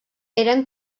eren